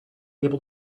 able